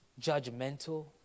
judgmental